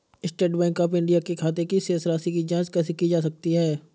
State Bank of India के खाते की शेष राशि की जॉंच कैसे की जा सकती है?